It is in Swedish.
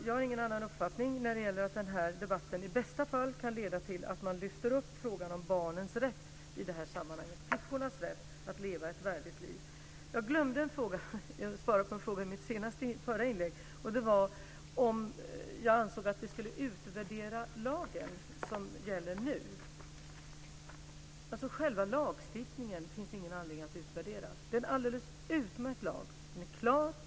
Jag har ingen annan uppfattning än Sten Tolgfors om att denna debatt i bästa fall kan leda till att man lyfter upp frågan om barnens rätt i sammanhanget och om flickornas rätt att leva ett värdigt liv. I mitt förra inlägg glömde jag att svara på frågan om jag anser att vi ska utvärdera den lag som nu gäller. Själva lagstiftningen finns det ingen anledning att utvärdera. Det är en alldeles utmärkt lag.